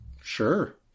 Sure